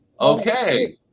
Okay